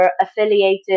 affiliated